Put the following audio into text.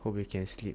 hope you can sleep